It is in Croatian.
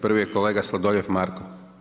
Prvi je kolega Sladoljev Marko.